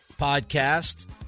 podcast